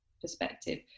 perspective